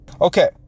Okay